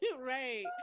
right